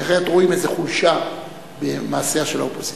כי אחרת רואים בזה חולשה במעשיה של האופוזיציה.